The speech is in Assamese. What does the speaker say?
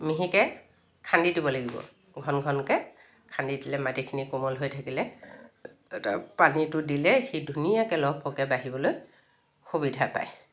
মিহিকৈ খান্দি দিব লাগিব ঘন ঘনকৈ খান্দি দিলে মাটিখিনি কোমল হৈ থাকিলে এটা পানীটো দিলে সি ধুনীয়াকৈ লহপহকৈ বাঢ়িবলৈ সুবিধা পায়